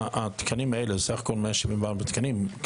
שהתקנים האלה, בסך הכול 174 תקנים,